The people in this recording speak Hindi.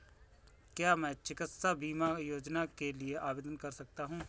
क्या मैं चिकित्सा बीमा योजना के लिए आवेदन कर सकता हूँ?